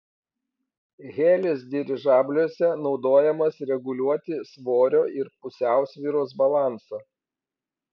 helis dirižabliuose naudojamas reguliuoti svorio ir pusiausvyros balansą